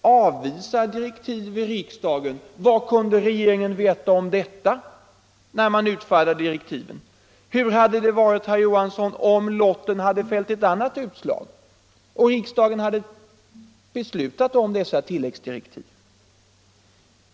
avvisar de direktiven? Vad kunde regeringen veta om det, när direktiven utfärdades? Hur hade det varit, herr Johansson, om lotten fällt ett annat utslag och riksdagen hade beslutat om dessa tilläggsdirektiv?